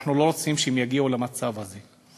ואנחנו לא רוצים שהם יגיעו למצב הזה.